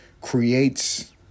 creates